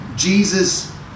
Jesus